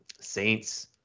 Saints